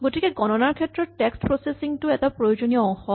গতিকে গণনাৰ ক্ষেত্ৰত টেক্স্ট প্ৰছেচিং টো এটা প্ৰয়োজনীয় অংশ